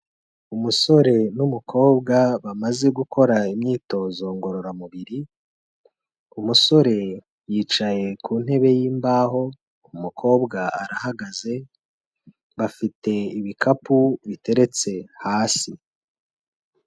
Umusore n'umukobwa bamaze gukora imyitozo ngororamubiri, umusore yicaye ku ntebe y'imbaho, umukobwa arahagaze, bafite ibikapu biteretse hasi.